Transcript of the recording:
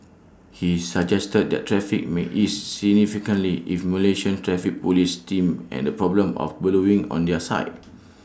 he suggested that traffic may ease significantly if Malaysian traffic Police stemmed and problem of ballooning on their side